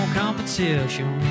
competition